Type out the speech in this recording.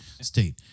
state